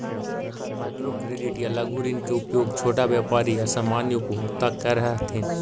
micro credit या लघु ऋण के उपयोग छोटा व्यापारी या सामान्य उपभोक्ता करऽ हथिन